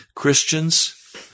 Christians